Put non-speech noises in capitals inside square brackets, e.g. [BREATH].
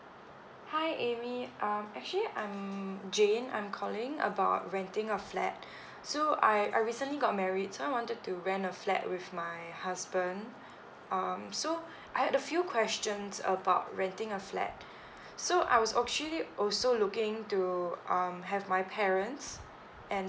hi amy um actually I'm jane I'm calling about renting a flat so I I recently got married so I wanted to rent a flat with my husband um so I had a few questions about renting a flat [BREATH] so I was actually also looking to um have my parents and